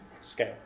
scale